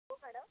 हो मॅडम